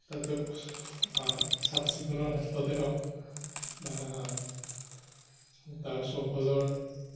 তাতে চাফচিকুণৰ ক্ষেত্ৰতে হওক বা তাৰ চৌহদৰ